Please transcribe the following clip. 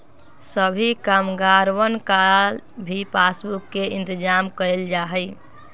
सभी कामगारवन ला भी पासबुक के इन्तेजाम कइल जा हई